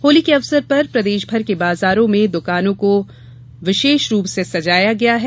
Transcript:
होली के अवसर पर प्रदेशभर के बाजारों में दुकानों को विशेष रूप से सजाया गया है